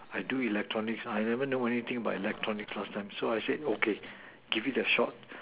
I do electronics I never know anything about electronics last time so I say okay give it a shot